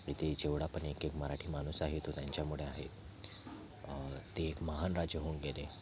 इथे जेवढा पण एक एक मराठी माणूस आहे तो त्यांच्यामुळे आहे ते एक महान राजे होऊन गेले